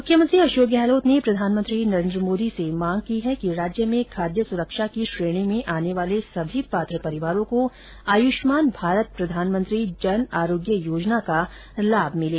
मुख्यमंत्री अशोक गहलोत ने प्रधानमंत्री नरेन्द्र मोदी से मांग की है कि राज्य में खाद्य सुरक्षा की श्रेणी में आने वाले सभी पात्र परिवारों को आयुष्मान भारत प्रधानमंत्री जन आरोग्य योजना का लाभ मिले